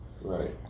right